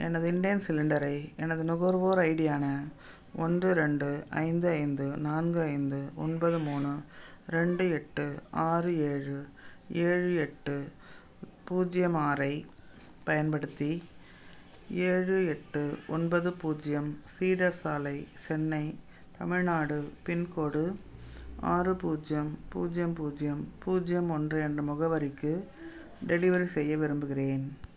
எனது இண்டேன் சிலிண்டரை எனது நுகர்வோர் ஐடியான ஒன்று ரெண்டு ஐந்து ஐந்து நான்கு ஐந்து ஒன்பது மூணு ரெண்டு எட்டு ஆறு ஏழு ஏழு எட்டு பூஜ்ஜியம் ஆறைப் பயன்படுத்தி ஏழு எட்டு ஒன்பது பூஜ்ஜியம் சீடர் சாலை சென்னை தமிழ்நாடு பின்கோடு ஆறு பூஜியம் பூஜ்ஜியம் பூஜ்ஜியம் பூஜ்ஜியம் ஒன்று என்ற முகவரிக்கு டெலிவரி செய்ய விரும்புகிறேன்